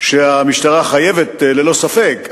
שהמשטרה חייבת ללא ספק,